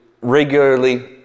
regularly